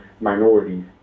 minorities